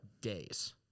days